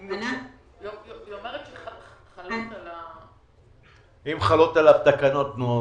היא אומרת שחלות עליו תקנות.